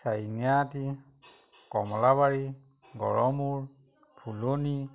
চাৰিঙীয়াআটী কমলাবাৰী গড়মূৰ ফুলনি